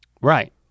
Right